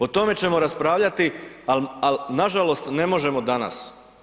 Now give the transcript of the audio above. O tome ćemo raspravljati ali nažalost ne možemo danas.